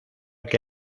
que